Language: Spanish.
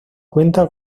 cuenta